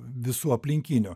visų aplinkinių